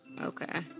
Okay